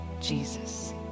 jesus